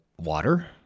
water